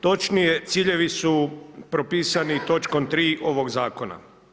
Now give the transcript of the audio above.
Točnije ciljevi su propisani točkom 3. ovog zakona.